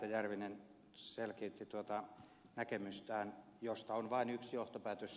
järvinen selkiytti tuota näkemystään josta on vain yksi johtopäätös